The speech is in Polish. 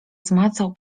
zmacał